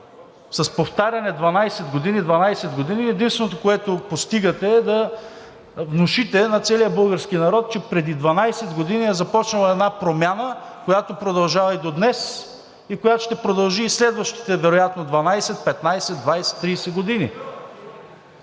години, 12 години“, а единственото, което постигате, е да внушите на целия български народ, че преди 12 години е започнала една промяна, която продължава и до днес и която ще продължи следващите вероятно 12, 15, 20, 30 години,